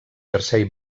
jersei